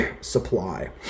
supply